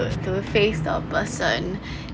have to face the person